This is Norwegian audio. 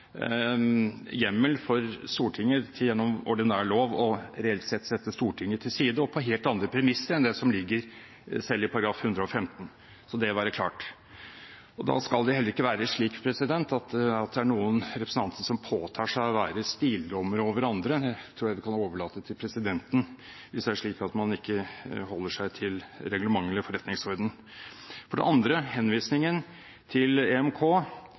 hjemmel for Stortinget til gjennom ordinær lov reelt sett å sette Stortinget til side – og på helt andre premisser enn det som ligger selv i § 115. Så la det være klart. Da skal det heller ikke være slik at det er noen representanter som påtar seg å være stildommere over andre. Det tror jeg vi kan overlate til presidenten, hvis det er slik at man ikke holder seg til reglementet eller forretningsordenen. For det andre: Henvisningen til EMK,